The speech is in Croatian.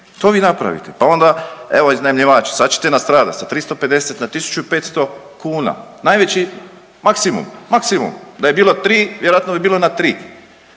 To vi napravite. Pa onda evo iznajmljivači, sad ćete nastrada sa 350 na 1.500 kuna najveći maksimum, maksimum, da je bilo 3 vjerojatno bi bilo na 3.